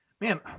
man